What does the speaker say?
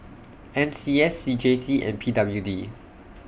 N C S C J C and P W D